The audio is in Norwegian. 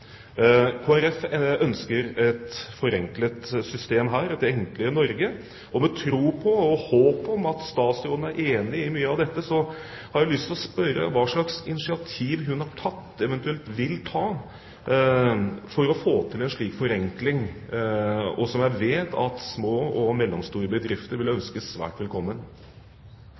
ønsker et forenklet system her – et enklere Norge – og med tro på og håp om at statsråden er enig i mye av dette, har jeg lyst til å spørre: Hva slags initiativ har hun tatt, eventuelt vil hun ta for å få til en slik forenkling, som jeg vet at små og mellomstore bedrifter vil ønske svært velkommen?